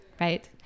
right